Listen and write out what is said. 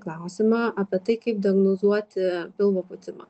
klausimą apie tai kaip diagnozuoti pilvo pūtimą